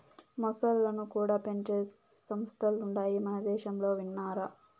మొసల్లను కూడా పెంచే సంస్థలుండాయి మనదేశంలో విన్నారా